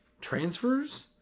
transfers